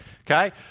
Okay